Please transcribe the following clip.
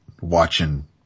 watching